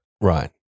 Right